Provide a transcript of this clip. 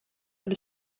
aber